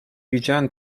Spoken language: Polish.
widziałem